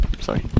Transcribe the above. Sorry